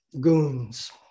goons